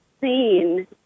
seen